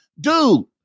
dude